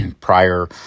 prior